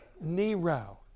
Nero